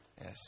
yes